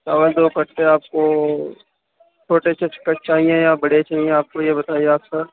چاول دو کٹے آپ کو چھوٹے کٹ چاہیے یا بڑے چاہیے آپ کو یہ بتائیے آپ سر